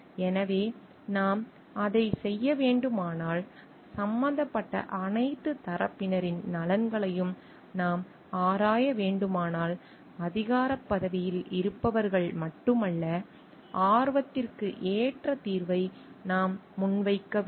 எனவே நாம் அதைச் செய்ய வேண்டுமானால் சம்பந்தப்பட்ட அனைத்து தரப்பினரின் நலன்களையும் நாம் ஆராய வேண்டுமானால் அதிகாரப் பதவிகளில் இருப்பவர்கள் மட்டுமல்ல ஆர்வத்திற்கு ஏற்ற தீர்வை நாம் முன்வைக்க வேண்டும்